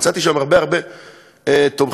מצאתי שם הרבה הרבה תומכים.